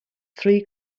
three